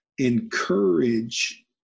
encourage